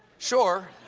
sure.